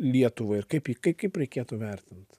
lietuvai ir kaip kaip reikėtų vertint